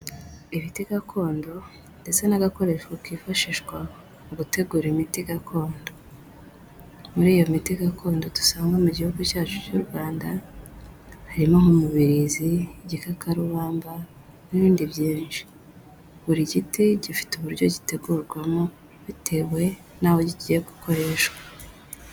Ibiti gakondo ndetse n'agakoresho kifashishwa mu gutegura imiti gakondo. Muri iyo miti gakondo dusanga mu gihugu cyacu cy'u Rwanda harimo umubirizi, igikakarubanda n'ibindi byinshi. Buri giti gifite uburyo gitegurwamo bitewe n'aho kigiye gukoreshwa.